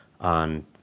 on